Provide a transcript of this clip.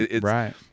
right